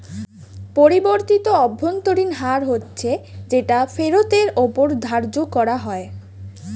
পরিবর্তিত অভ্যন্তরীণ হার হচ্ছে যেটা ফেরতের ওপর ধার্য করা হয়